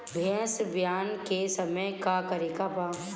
भैंस ब्यान के समय का करेके बा?